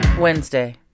Wednesday